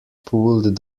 pulled